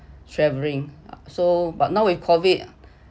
travelling so but now with COVID